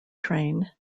train